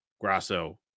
Grasso